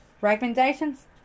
Recommendations